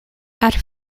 after